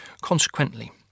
Consequently